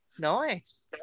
nice